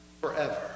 Forever